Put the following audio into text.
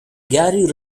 gary